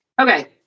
Okay